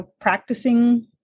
practicing